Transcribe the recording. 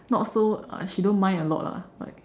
not so uh she don't mind a lot lah but